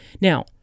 Now